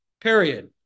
period